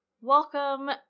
Welcome